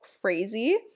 crazy